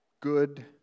good